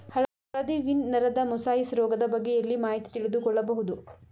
ಹಳದಿ ವೀನ್ ನರದ ಮೊಸಾಯಿಸ್ ರೋಗದ ಬಗ್ಗೆ ಎಲ್ಲಿ ಮಾಹಿತಿ ತಿಳಿದು ಕೊಳ್ಳಬಹುದು?